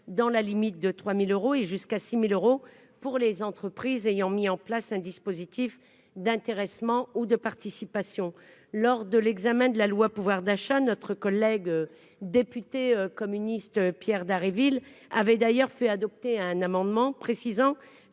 dans la limite de 3000 euros et jusqu'à 6000 euros pour les entreprises ayant mis en place un dispositif d'intéressement ou de participation lors de l'examen de la loi, pouvoir d'achat, notre collègue député communiste. Pierre Dharréville avait d'ailleurs fait adopter un amendement précisant